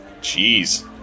Jeez